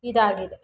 ಇದಾಗಿದೆ